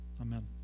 Amen